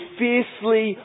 fiercely